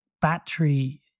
battery